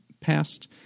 past